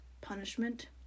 punishment